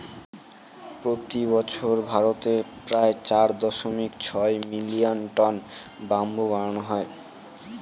প্রতি বছর ভারতে প্রায় চার দশমিক ছয় মিলিয়ন টন ব্যাম্বু বানানো হয়